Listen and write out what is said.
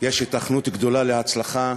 יש היתכנות גדולה להצלחה.